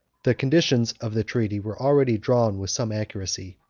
the conditions of the treaty were already drawn with some accuracy.